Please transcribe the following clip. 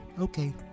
Okay